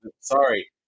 sorry